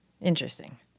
Interesting